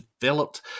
developed